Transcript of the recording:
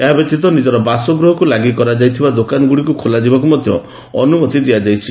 ଏହାବ୍ୟତୀତ ନିଜର ବାସଗୃହକ୍ ଲାଗି କରାଯାଇଥିବା ଦୋକାନ ଗୁଡ଼ିକୁ ଖୋଲାଯିବାକୁ ମଧ୍ୟ ଅନୁମତି ଦିଆଯାଇଛି